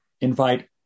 invite